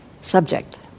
subject